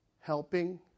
helping